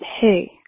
hey